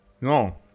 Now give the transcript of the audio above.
No